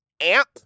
AMP